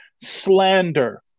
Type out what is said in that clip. slander